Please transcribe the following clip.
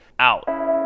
out